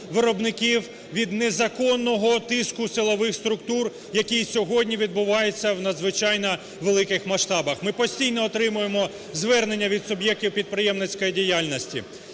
виробників від незаконного тиску силових структур, який сьогодні відбувається в надзвичайно великих масштабах. Ми постійно отримуємо звернення від суб'єктів підприємницької діяльності.